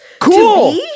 Cool